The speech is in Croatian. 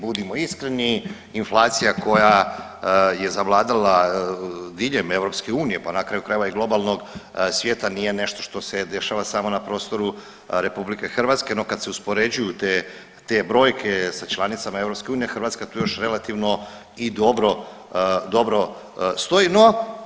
Budimo iskreni inflacija koja je zavladala diljem EU pa na kraju krajeva i globalnog svijeta nije nešto se dešava samo na prostoru RH, no kad se uspoređuju te, te brojke sa članicama EU, Hrvatska tu još relativno i dobro, dobro stoji.